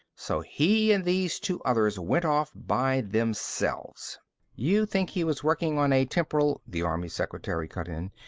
so he and these two others went off by themselves you think he was working on a temporal the army secretary cut in.